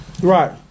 Right